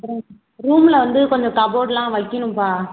அப்புறம் ரூம்மில வந்து கொஞ்சம் கபோர்ட்லாம் வைக்கணும்ப்பா